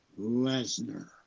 Lesnar